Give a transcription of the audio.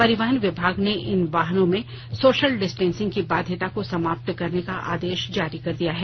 परिवहन विभाग ने इन वाहनों में सोशल डिस्टेंसिंग की बाध्यता को समाप्त करने का आदेश जारी कर दिया है